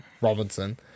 Robinson